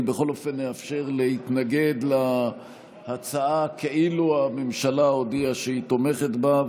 בכל אופן אאפשר להתנגד להצעה כאילו הממשלה הודיעה שהיא תומכת בה.